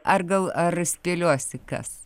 ar gal ar spėliosi kas